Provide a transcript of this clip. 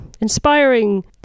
inspiring